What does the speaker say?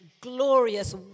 glorious